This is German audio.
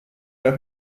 mehr